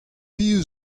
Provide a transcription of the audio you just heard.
piv